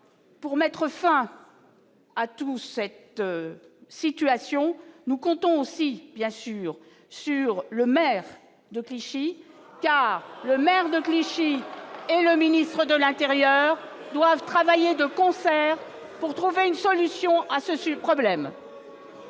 pour mettre fin à Toulouse cette situation nous comptons aussi bien sûr sur le maire de Clichy, car le maire de Clichy et le ministre de l'Intérieur doivent travailler de concert pour trouver une solution à se suivent problème.